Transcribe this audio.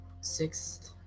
sixth